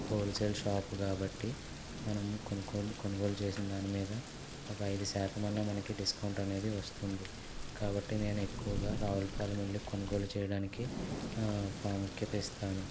wholesale shop కాబట్టి మనం కొనుక్కొ కొనుగోలు చేసిన దానిమీద ఒక ఐదు శాతమైనా మనకి డిస్కౌంట్ అనేది వస్తుంది కాబట్టి నేనెక్కువగా రావులపాలెం వెళ్లి కొనుగోలు చేయడానికి ప్రాముఖ్యత ఇస్తాను